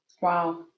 Wow